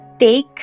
take